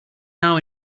now